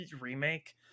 remake